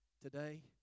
today